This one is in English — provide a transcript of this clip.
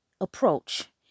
approach